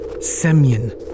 Semyon